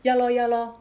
ya lor ya lor